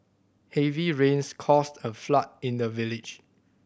heavy rains caused a flood in the village